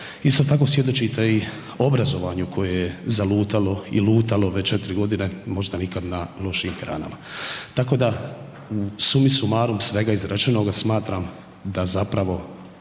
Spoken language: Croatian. Isto tako svjedočite i obrazovanju koje je zalutalo i lutalo već 4 godine možda nikad na lošijim granama. Tako da u sumi sumarum svega izrečenoga smatram da zapravo